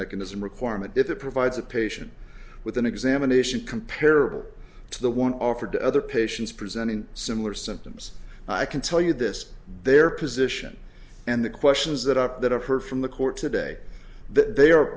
mechanism requirement if it provides a patient with an examination comparable to the one offered to other patients presenting similar symptoms i can tell you this their position and the questions that up that i've heard from the court today th